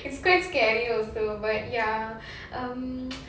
it's quite scary also but ya um